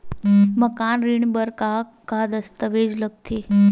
मकान ऋण बर का का दस्तावेज लगथे?